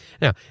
Now